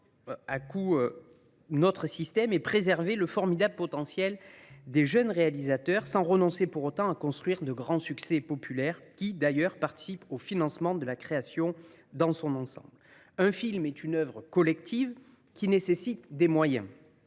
à coup et préserver le formidable potentiel des jeunes réalisateurs, sans renoncer pour autant à construire de grands succès populaires, qui, d’ailleurs, participent au financement de la création dans son ensemble. Un film est une œuvre collective qui nécessite des moyens.